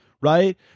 right